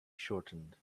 shortened